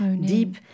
deep